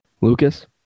Lucas